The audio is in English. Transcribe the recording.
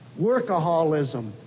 Workaholism